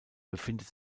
befindet